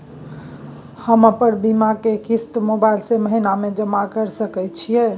हम अपन बीमा के किस्त मोबाईल से महीने में जमा कर सके छिए?